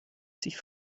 sich